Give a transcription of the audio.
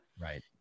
Right